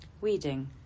weeding